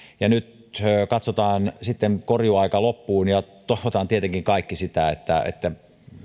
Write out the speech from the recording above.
ja nyt katsotaan sitten korjuuaika loppuun ja toivotaan tietenkin kaikki sitä että että